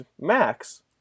max